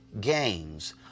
games